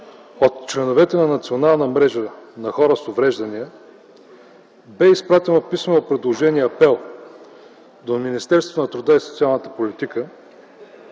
от членовете на Националната мрежа на хора с увреждания, бе изпратено писмено предложение, апел до Министерството на труда и социалната политика,